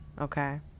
Okay